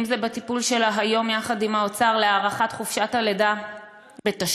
אם בטיפול שלה היום יחד עם האוצר להארכת חופשת הלידה בתשלום,